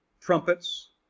Trumpets